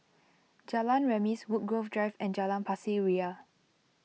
Jalan Remis Woodgrove Drive and Jalan Pasir Ria